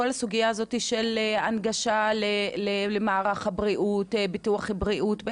כל הסוגייה הזאת של הנגשה למערך הבריאות וביטוח בריאות לא קיים?